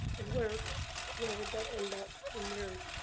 and where where would that end up in your